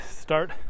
start